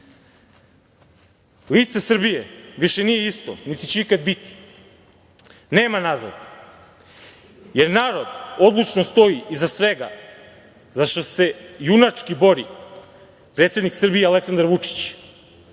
Srbije više nije isto, niti će ikada biti. Nema nazad, jer narod odlučno stoji iza svega za šta se junački bori predsednik Srbije Aleksandar Vučić.